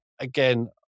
again